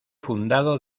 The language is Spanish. fundado